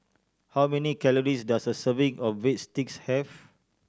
how many calories does a serving of Breadsticks have